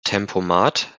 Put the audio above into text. tempomat